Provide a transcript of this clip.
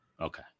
Okay